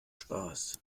spaß